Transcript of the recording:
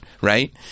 right